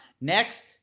Next